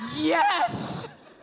Yes